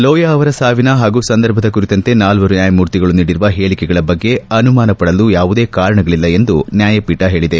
ಲೋಯಾ ಅವರ ಸಾವಿನ ಹಾಗೂ ಸಂದರ್ಭದ ಕುರಿತಂತೆ ನಾಲ್ಲರು ನ್ನಾಯಮೂರ್ತಿಗಳು ನೀಡಿರುವ ಹೇಳಕೆಗಳ ಬಗ್ಗೆ ಅನುಮಾನಪಡಲು ಯಾವುದೇ ಕಾರಣಗಳಿಲ್ಲ ಎಂದು ನ್ನಾಯಪೀಠ ಹೇಳಿದೆ